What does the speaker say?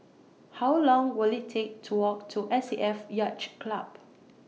How Long Will IT Take to Walk to S A F Yacht Club